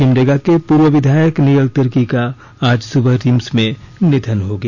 सिमडेगा के पूर्व विधायक नियल तिर्की का आज सुबह रिम्स में निधन हो गया